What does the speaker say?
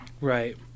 Right